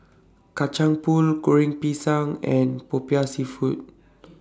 Kacang Pool Goreng Pisang and Popiah Seafood